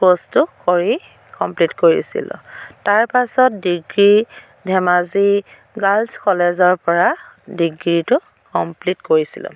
ক'ৰ্চটো কৰি কমপ্লিট কৰিছিলোঁ তাৰপাছত ডিগ্ৰী ধেমাজি গাৰ্লছ কলেজৰ পৰা ডিগ্ৰীটো কমপ্লিট কৰিছিলোঁ